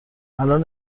الان